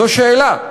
זו שאלה.